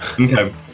Okay